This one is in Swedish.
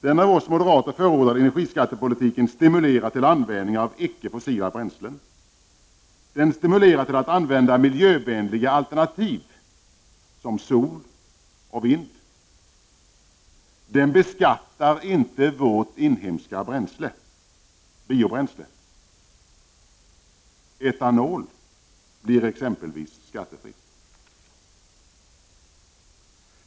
Den av oss moderater förordade energiskattepolitiken stimulerar till användning av icke fossila bränslen. Den stimulerar till användning av miljövänliga alternativ, såsom sol och vind. Den beskattar inte vårt inhemska bränsle, biobränsle. Etanol t.ex. blir skattefritt.